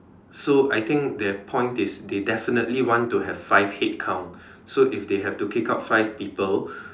so I think their point is they definitely want to have five head count so if they have to kick out five people